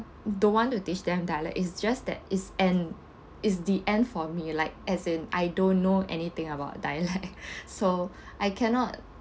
don't want to teach them dialect it's just that it's an it's the end for me like as in I don't know anything about dialect so I cannot